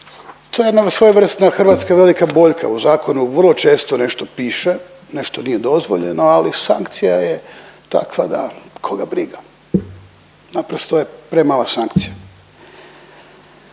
to je jedna svojevrsna hrvatska velika boljka. U zakonu vrlo često nešto piše, nešto nije dozvoljeno, ali sankcija je takva da koga briga, naprosto je premala sankcija.